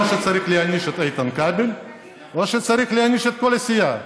או שצריך להעניש את איתן כבל או שצריך להעניש את כל הסיעה.